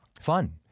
Fun